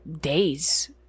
days